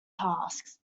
tasks